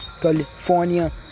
California